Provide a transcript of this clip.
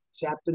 chapter